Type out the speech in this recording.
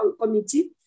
committee